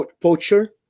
poacher